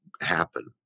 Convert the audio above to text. happen